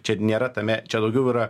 čia nėra tame čia daugiau yra